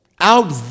out